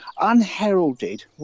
Unheralded